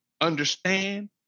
understand